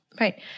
Right